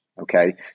Okay